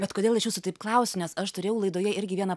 bet kodėl aš jūsų taip klausiu nes aš turėjau laidoje irgi vieną